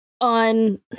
on